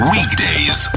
Weekdays